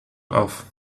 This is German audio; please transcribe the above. auf